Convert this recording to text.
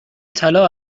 طلا